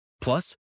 Plus